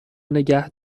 نگه